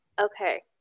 Okay